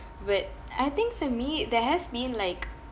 but I think for me there has been like